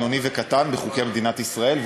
קטן ובינוני בחוקי מדינת ישראל,